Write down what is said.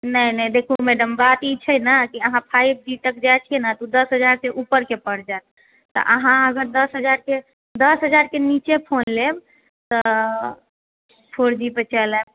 नहि नहि देखू मैडम बात ई छै ने कि अहाँ फाइव जी तक जाय छियै ने तऽ ओ दस हजार से ऊपर के पड़ि जाएत तऽ अहाँ अगर दस हजार से दस हजार के नीचे फोन लेब तऽ फोर जी पे चलि आयब